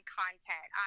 content